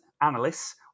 analysts